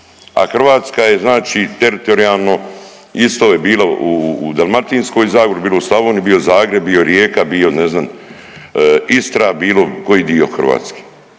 a Hrvatska je znači teritorijalno isto je bilo u Dalmatinskoj zagori, bilo u Slavoniji, bio Zagreb, bio Rijeka, bio ne znam Istra, bilo koji dio Hrvatske.